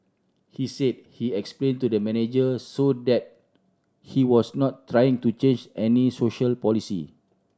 he said he explained to the manager so that he was not trying to change any social policy